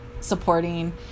supporting